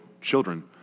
children